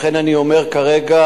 לכן אני אומר כרגע,